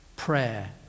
Prayer